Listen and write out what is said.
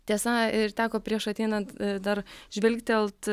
tiesa ir teko prieš ateinant dar žvilgtelt